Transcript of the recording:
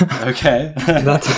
Okay